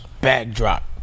Backdrop